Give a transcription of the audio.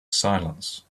silence